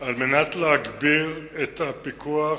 על מנת להגביר את הפיקוח,